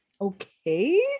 okay